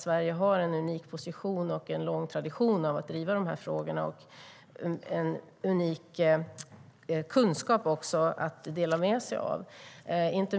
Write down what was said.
Sverige har en unik position och en lång tradition av att driva dem och även en unik kunskap att dela med sig av.